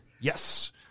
Yes